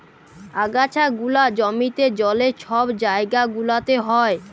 আগাছা গুলা জমিতে, জলে, ছব জাইগা গুলাতে হ্যয়